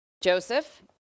Joseph